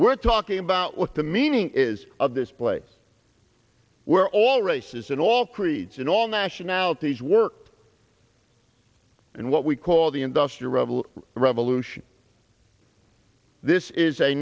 we're talking about what the meaning is of this place where all races and all creeds in all nationalities work and what we call the industrial revolution revolution this is a